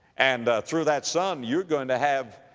and, ah, through that son you're going to have,